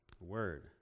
Word